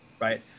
right